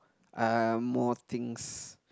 uh more things